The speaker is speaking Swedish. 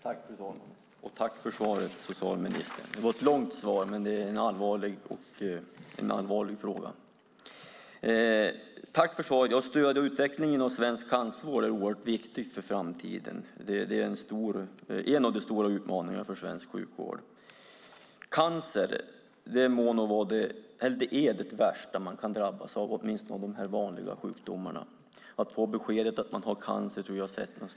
Fru talman! Tack för svaret, socialministern! Det var ett långt svar, men det är en allvarlig fråga. Att stödja utvecklingen av svensk cancervård är oerhört viktigt för framtiden. Det är en av de stora utmaningarna för svensk sjukvård. Cancer är det värsta man kan drabbas av, åtminstone av de här vanliga sjukdomarna. Besked om cancer är svårt både för den som drabbas och för anhöriga.